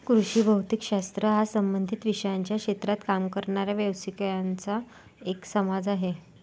कृषी भौतिक शास्त्र हा संबंधित विषयांच्या क्षेत्रात काम करणाऱ्या व्यावसायिकांचा एक समाज आहे